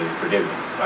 forgiveness